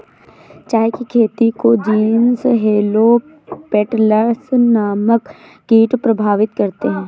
चाय की खेती को जीनस हेलो पेटल्स नामक कीट प्रभावित करते हैं